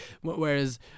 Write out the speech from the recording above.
Whereas